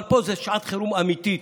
אבל פה זו שעת חירום אמיתית,